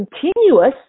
continuous